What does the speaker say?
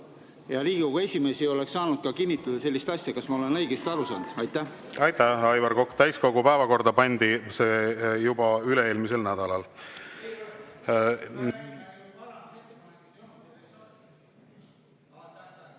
ja Riigikogu esimees ei oleks saanud kinnitada sellist asja. Kas ma olen õigesti aru saanud? Aitäh, Aivar Kokk! Täiskogu päevakorda pandi see juba üle-eelmisel nädalal.